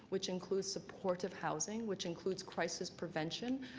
which includes support of housing, which includes crisis prevention,